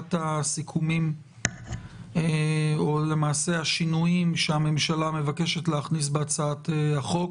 בהצגת הסיכומים או למעשה השינויים שהממשלה מבקשת להכניס בהצעת החוק